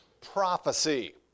prophecy